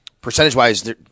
percentage-wise